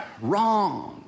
wrong